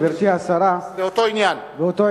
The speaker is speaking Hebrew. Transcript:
גברתי השרה, באותו עניין.